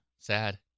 Sad